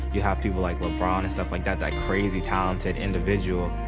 you have people like lebron and stuff like that that crazy talented individual.